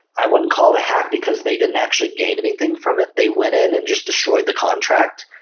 i wouldn't call it a hack, because they didn't actually gain anything from it. they went in and just destroyed the contract.